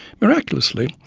miraculously,